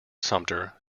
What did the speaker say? sumter